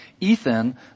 Ethan